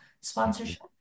sponsorship